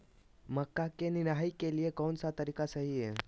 मक्का के निराई के लिए कौन सा तरीका सही है?